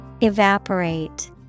Evaporate